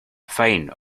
fine